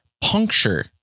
puncture